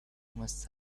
must